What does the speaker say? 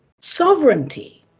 sovereignty